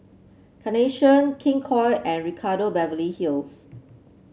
Carnation King Koil and Ricardo Beverly Hills